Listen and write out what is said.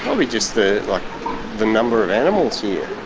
probably just the like the number of animals here.